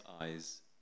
eyes